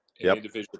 individual